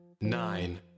Nine